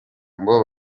ngo